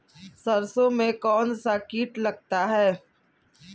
सरसों में कौनसा कीट लगता है?